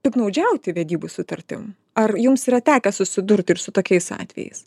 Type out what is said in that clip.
piktnaudžiauti vedybų sutartį ar jums yra tekę susidurti ir su tokiais atvejais